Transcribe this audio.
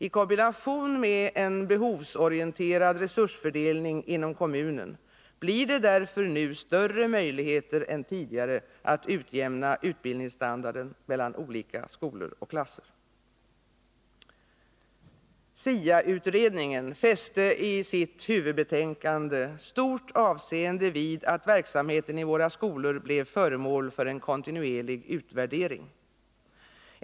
I kombination med en behovsinriktad resursfördelning inom kommunen blir det därför nu större möjligheter än tidigare att utjämna utbildningsstandarden mellan olika skolor och klasser. SIA-utredningen fäste i sitt huvudbetänkande stort avseende vid att verksamheten i våra skolor blev föremål för en kontinuerlig utvärdering.